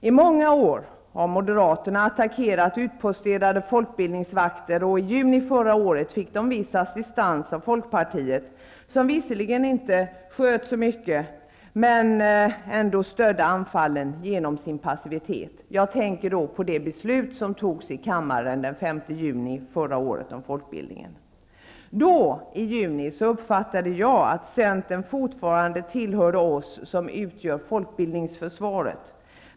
I många år har Moderaterna attackerat utposterade folkbildningsvakter, och i juni förra året fick de viss assistans av Folkpartiet -- som visserligen inte sköt så mycket men ändå stödde anfallen genom sin passivitet. Jag tänker på det beslut om folkbildningen som fattades i kammaren den 5 juni förra året. Då, i juni, uppfattade jag att Centern fortfarande tillhörde oss som utgör folkbildningsförsvaret.